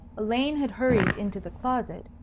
elaine had hurried into the closet,